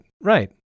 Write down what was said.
right